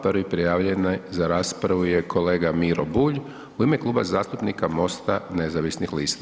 Prvi prijavljeni za raspravu je kolega Miro Bulj u ime Kluba zastupnika MOST-a nezavisnih lista.